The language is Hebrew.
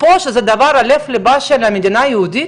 פה שזה דבר שהוא לב ליבה של המדינה היהודית,